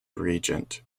regent